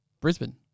Brisbane